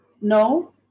No